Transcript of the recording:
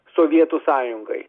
sovietų sąjungai